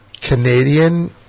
canadian